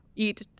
Eat